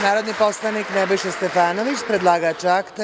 Narodni poslanik Nebojša Stefanović, predlagač akta.